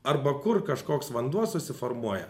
arba kur kažkoks vanduo susiformuoja